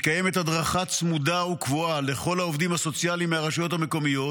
מתקיימת הדרכה צמודה וקבועה לכל העובדים הסוציאליים מהרשויות המקומיות